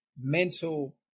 mental